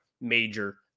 major